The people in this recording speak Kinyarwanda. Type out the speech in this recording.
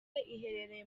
iherereye